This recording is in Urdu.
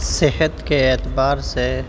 صحت کے اعتبار سے